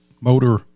Motor